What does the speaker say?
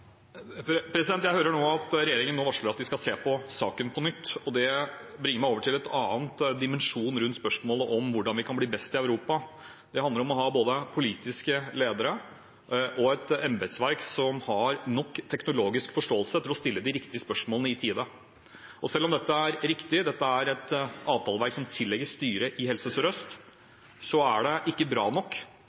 Jeg hører at regjeringen nå varsler at de skal se på saken på nytt, og det bringer meg over til en annen dimensjon rundt spørsmålet om hvordan vi kan bli best i Europa. Det handler om å ha både politiske ledere og et embetsverk som har nok teknologisk forståelse til å stille de riktige spørsmålene i tide. Og selv om det er riktig at dette er et avtaleverk som tilligger styret i Helse Sør-Øst, er det ikke bra nok